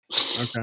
Okay